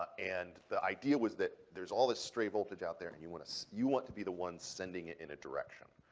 and the idea was that there's all this stray voltage out there and you want to say you want to be the one sending it in a direction.